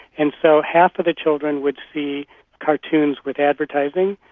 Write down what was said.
and so half the children would see cartoons with advertising,